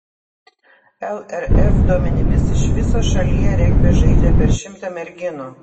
lrf duomenimis iš viso šalyje regbį žaidžia per šimtą merginų